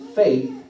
faith